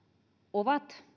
ovat